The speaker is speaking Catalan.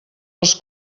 els